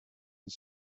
the